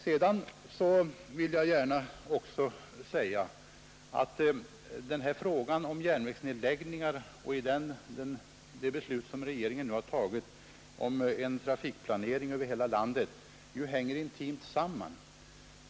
Sedan vill jag gärna framhålla, att frågan om järnvägsnedläggningar och det beslut som regeringen nu har fattat om en trafikplanering över hela landet ju hänger intimt samman.